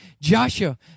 Joshua